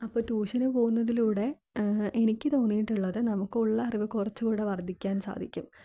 അപ്പോൾ ട്യൂഷനു പോകുന്നതിലൂടെ എനിക്ക് തോന്നിയിട്ടുള്ളത് നമുക്കുള്ള അറിവ് കുറച്ചു കൂടി വർദ്ധിക്കാൻ സാധിക്കും